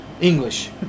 English